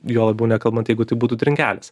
juo labiau nekalbant jeigu tai būtų trinkelės